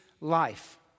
life